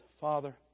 Father